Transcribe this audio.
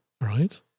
Right